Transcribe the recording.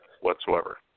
whatsoever